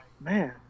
man